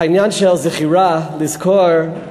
העניין של זכירה, לזכור,